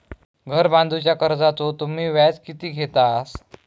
घर बांधूच्या कर्जाचो तुम्ही व्याज किती घेतास?